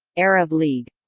arab league